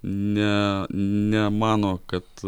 ne nemano kad